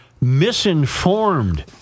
misinformed